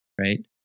right